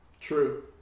True